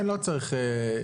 לא צריך,